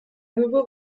nouveau